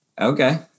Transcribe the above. Okay